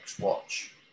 watch